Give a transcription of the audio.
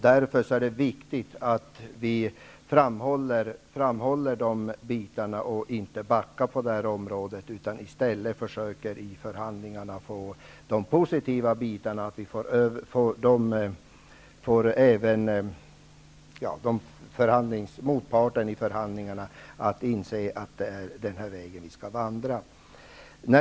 Därför är det viktigt att vi framhåller detta och inte backar, utan i stället försöker få motparten i förhandlingarna att inse att det är denna väg som vi skall vandra.